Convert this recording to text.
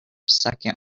second